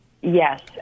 Yes